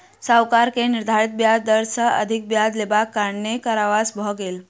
साहूकार के निर्धारित ब्याज दर सॅ अधिक ब्याज लेबाक कारणेँ कारावास भ गेल